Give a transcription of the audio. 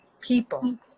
people